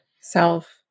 self